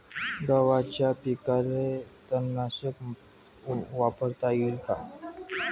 गव्हाच्या पिकाले तननाशक वापरता येईन का?